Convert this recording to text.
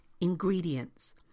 ingredients